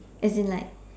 as in like